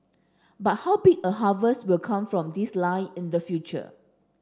but how big a harvest will come from this lie in the future